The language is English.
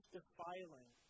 defiling